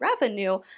revenue